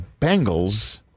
Bengals